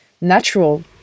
natural